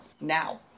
now